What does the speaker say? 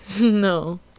No